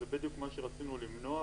זה בדיוק מה שרצינו למנוע,